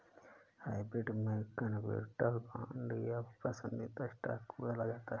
hybrid में convertible bond या पसंदीदा स्टॉक को बदला जाता है